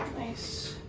nice.